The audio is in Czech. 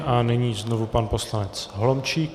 A nyní znovu pan poslanec Holomčík.